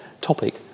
topic